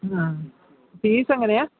ആ ഫീസ് എങ്ങനെയാ